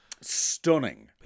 Stunning